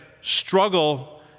struggle